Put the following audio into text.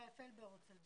שי פלבר רוצה לדבר.